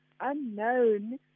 unknown